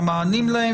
המענים להם,